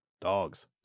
Dogs